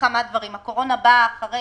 הקורונה באה אחרי